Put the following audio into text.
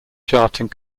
charting